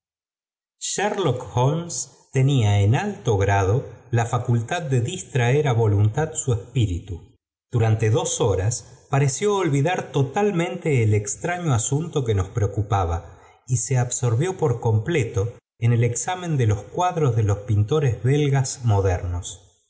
holmes tenía en alto grado la facultad de distraer á voluntad su espíritu durante dos hóras pareció olvidar totalmente el extraño asunto f que nos preocupaba y se absorbió por completo en el examen de los cuadros de los pin toree belgas modernos